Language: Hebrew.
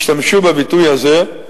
השתמשו בביטוי הזה.